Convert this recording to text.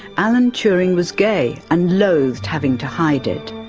alan turing was gay and loathed having to hide it.